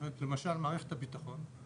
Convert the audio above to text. למשל מערכת הביטחון,